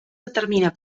determina